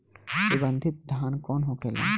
सुगन्धित धान कौन होखेला?